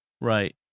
right